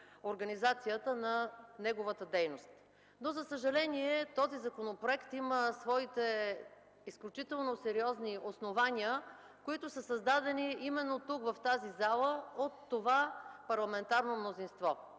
организацията на неговата дейност, но за съжаление той има своите изключително сериозни основания, създадени тук, в тази зала от това парламентарно мнозинство.